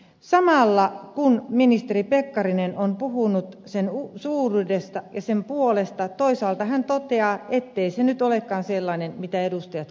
samalla kun ministeri pekkarinen on puhunut sen suuruudesta ja sen puolesta toisaalta hän toteaa ettei se nyt olekaan sellainen mitä edustajat kommentoivat